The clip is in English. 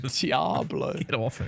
Diablo